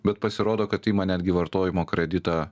bet pasirodo kad ima netgi vartojimo kreditą